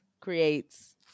Creates